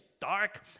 dark